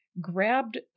grabbed